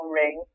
ring